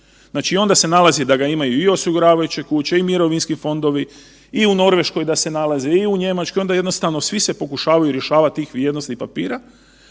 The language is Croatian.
Znači onda se nalazi da ga imaju i osiguravajuće kuće i mirovinski fondovi i u Norveškoj da se nalaze i u Njemačkoj i onda jednostavno svi se pokušavaju rješavati tih vrijednosnih papira